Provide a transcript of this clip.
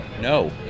No